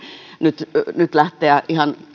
nyt nyt lähteä ihan